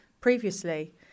previously